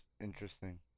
interesting